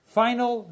final